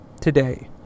today